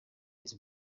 its